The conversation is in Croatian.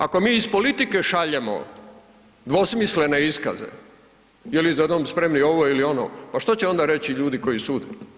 Ako mi iz politike šaljemo dvosmislene iskaze ili „Za dom spremni“ ovo ili ono, pa što će onda reći ljudi koji sude?